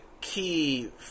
key